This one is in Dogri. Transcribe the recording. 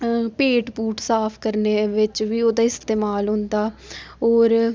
पेट पुट साफ करने बिच्च बी ओह्दा इस्तमाल होंदा होर